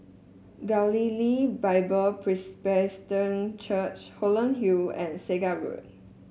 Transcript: Galilee Bible Presbyterian Church Holland Hill and Segar Road